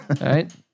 right